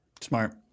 Smart